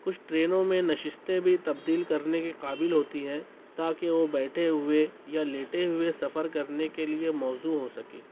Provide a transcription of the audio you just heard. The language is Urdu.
کچھ ٹرینوں میں نشستیں بھی تبدیل کرنے کے قابل ہوتی ہیں تاکہ وہ بیٹھے ہوئے یا لیٹے ہوئے سفر کرنے کے لیے موزوں ہو سکے